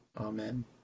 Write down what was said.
Amen